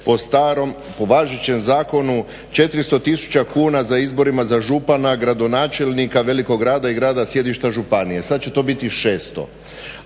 "Po starom, po važećem zakonu 400 tisuća kuna za izbore za župana, gradonačelnika velikog grada i grada sjedišta županije.", sad će to biti 600,